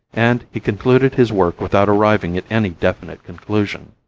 and he concluded his work without arriving at any definite conclusion.